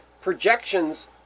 projections